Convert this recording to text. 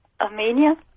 Armenia